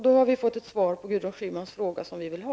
Då har vi fått det svar vi vill ha på Gudrun